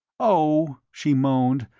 oh! she moaned.